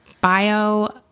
bio